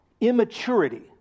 immaturity